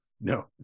No